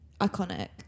iconic